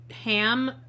ham